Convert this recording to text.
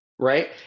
Right